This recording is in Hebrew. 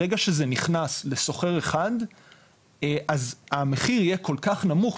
ברגע שזה נכנס לסוחר אחד אז המחיר יהיה כל כך נמוך,